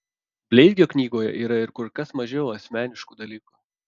bleizgio knygoje yra ir kur kas mažiau asmeniškų dalykų